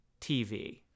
TV